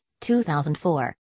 2004